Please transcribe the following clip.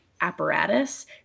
apparatus